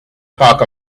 talked